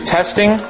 Testing